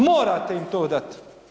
Morate im to dati.